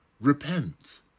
Repent